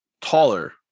taller